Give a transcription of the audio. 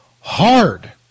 hard